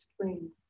screen